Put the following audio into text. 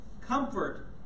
Comfort